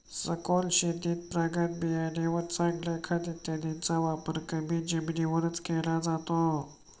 सखोल शेतीत प्रगत बियाणे व चांगले खत इत्यादींचा वापर कमी जमिनीवरच केला जातो